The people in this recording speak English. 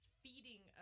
feeding